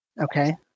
Okay